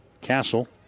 Castle